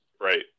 right